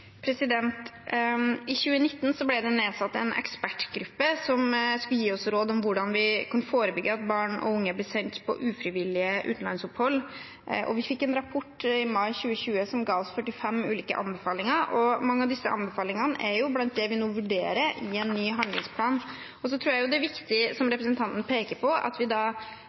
I 2019 ble det nedsatt en ekspertgruppe som skulle gi oss råd om hvordan vi kunne forebygge at barn og unge blir sendt på ufrivillige utenlandsopphold. Vi fikk en rapport i mai 2020 som ga oss 45 ulike anbefalinger, og mange av disse anbefalingene er blant det vi nå vurderer å ha med i en ny handlingsplan. Jeg tror også det er viktig, som representanten peker på, at vi